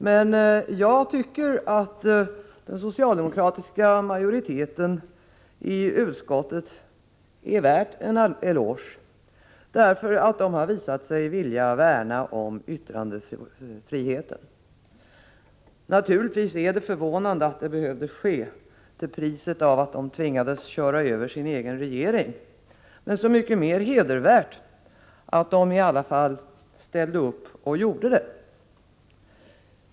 Men jag tycker att den socialdemokratiska majoriteten i utskottet är värd en eloge. Den har visat sig villig att värna om yttrandefriheten. Naturligtvis är det förvånande att det behövde ske till priset av att socialdemokraterna tvingades köra över sin egen regering. Men så mycket mera hedervärt att de i så fall ställde upp och gjorde detta.